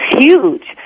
huge